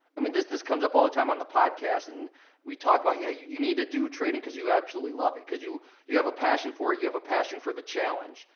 i mean this this comes up all the time on the podcast and we talk about, yeah you you need to do trading cause you actually love it. cause you you have a passion for it, you have a passion for the challenge,